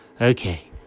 Okay